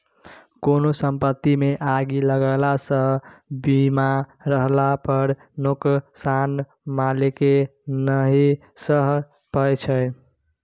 कोनो संपत्तिमे आगि लगलासँ बीमा रहला पर नोकसान मालिककेँ नहि सहय परय छै